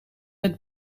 het